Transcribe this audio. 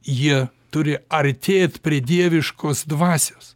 jie turi artėt prie dieviškos dvasios